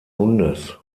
hundes